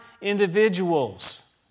individuals